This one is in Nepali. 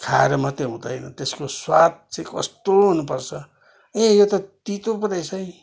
खाएर मात्रै हुँदैन त्यसको स्वाद चाहिँ कस्तो हुनुपर्छ ए यो त तितो पो रहेछ है